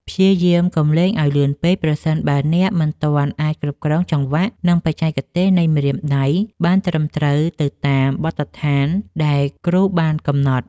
ព្យាយាមកុំលេងឱ្យលឿនពេកប្រសិនបើអ្នកមិនទាន់អាចគ្រប់គ្រងចង្វាក់ និងបច្ចេកទេសនៃម្រាមដៃបានត្រឹមត្រូវទៅតាមបទដ្ឋានដែលគ្រូបានកំណត់។